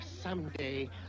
someday